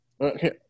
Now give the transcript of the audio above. okay